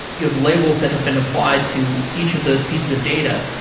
you have labels that have been applied to each of those pieces of data,